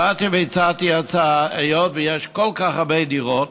באתי והצעתי הצעה: היות שיש כל כך הרבה דירות